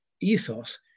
ethos